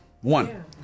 One